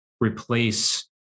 replace